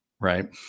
right